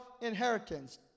inheritance